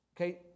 okay